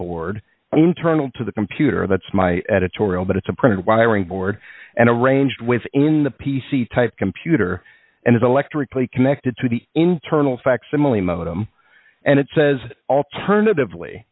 board internal to the computer that's my editorial but it's a printed wiring board and arranged with in the p c type computer and electrically connected to the internal facsimile modem and it says alternatively